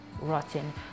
rotten